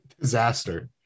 Disaster